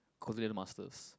colonial masters